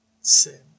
sin